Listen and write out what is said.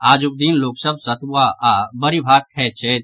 आजुक दिन लोक सभ सतुआ आओर बड़ी भात खाइत छथि